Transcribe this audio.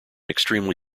extremely